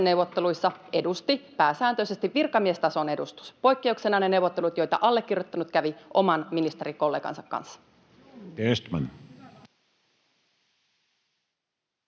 neuvotteluissa edusti pääsääntöisesti virkamiestason edustus — poikkeuksena ne neuvottelut, joita allekirjoittanut kävi oman ministerikollegansa kanssa.